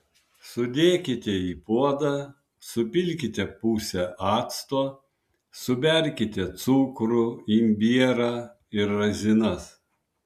sudėkite į puodą supilkite pusę acto suberkite cukrų imbierą ir razinas